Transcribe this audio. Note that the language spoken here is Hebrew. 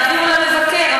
יעבירו למבקר.